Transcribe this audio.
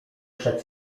przed